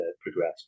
progress